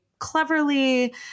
cleverly